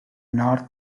north